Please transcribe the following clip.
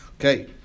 Okay